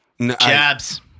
Jabs